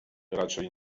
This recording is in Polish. raczej